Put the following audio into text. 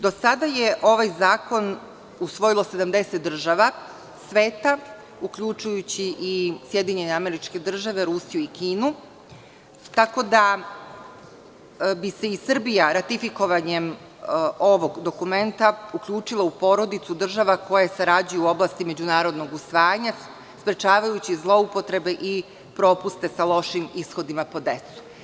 Do sada je ovaj zakon usvojilo 70 država sveta uključujući SAD, Rusiju i Kinu, tako da bi se i Srbija ratifikovanjem ovog dokumenta uključila u klub država koje sarađuju u oblasti međunarodnog usvajanja sprečavajući zloupotrebe i propuste sa lošim ishodima po decu.